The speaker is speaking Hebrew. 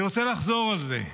אני רוצה לחזור על זה: